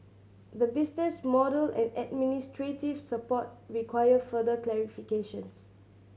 the business model and administrative support require further clarifications